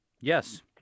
Yes